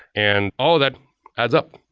and all that adds up.